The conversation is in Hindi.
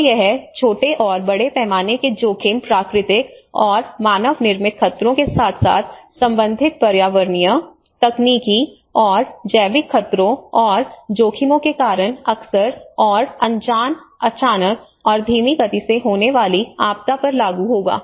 तो यह छोटे और बड़े पैमाने के जोखिम प्राकृतिक और मानव निर्मित खतरों के साथ साथ संबंधित पर्यावरणीय तकनीकी और जैविक खतरों और जोखिमों के कारण अक्सर और अनजान अचानक और धीमी गति से होने वाली आपदा पर लागू होगा